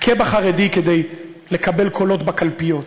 הכה בחרדי כדי לקבל קולות בקלפיות.